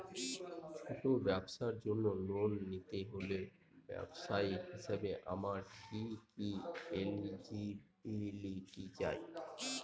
ছোট ব্যবসার জন্য লোন নিতে হলে ব্যবসায়ী হিসেবে আমার কি কি এলিজিবিলিটি চাই?